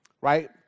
right